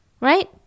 Right